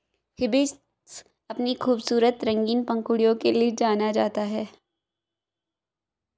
hibiscus अपनी खूबसूरत रंगीन पंखुड़ियों के लिए जाना जाता है